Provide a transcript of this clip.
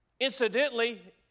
incidentally